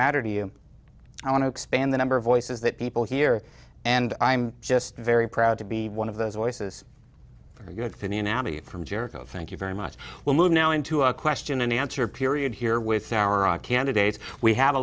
matter to you i want to expand the number of voices that people here and i'm just very proud to be one of those voices for good from jericho thank you very much we'll move now into a question and answer period here with our candidates we ha